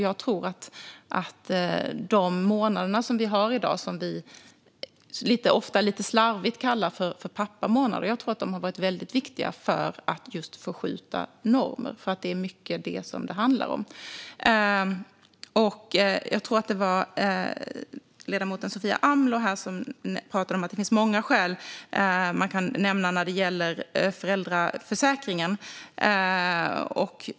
Jag tror att de månader som ofta lite slarvigt kallas "pappamånader" har varit väldigt viktiga för att förskjuta normer, eftersom det till stor del är just det detta handlar om. Jag tror att det var ledamoten Sofia Amloh som pratade om att det finns många skäl till detta.